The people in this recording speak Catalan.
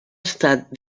estat